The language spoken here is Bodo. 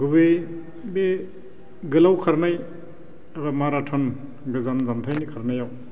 गुबैयै बे गोलाव खारनाय बा माराथ'न गोजान जानथायनि खारनायाव